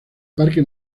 parque